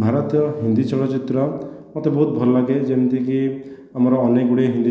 ଭାରତୀୟ ହିନ୍ଦୀ ଚଳଚିତ୍ର ମୋତେ ବହୁତ ଭଲ ଲାଗେ ଯେମିତିକି ଆମର ଅନେକ ଗୁଡ଼ିଏ ହିନ୍ଦୀ